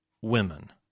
Women